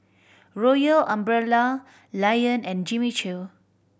Royal Umbrella Lion and Jimmy Choo